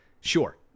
Sure